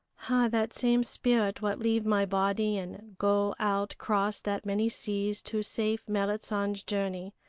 ah, that same spirit what leave my body and go out cross that many seas to safe merrit san's journey.